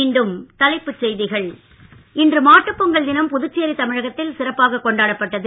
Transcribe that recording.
மீண்டும் தலைப்புச் செய்திகள் இன்று மாட்டுப்பொங்கல் தினம் புதுச்சேரி தமிழகத்தில் சிறப்பாகக் கொண்டாடப்பட்டது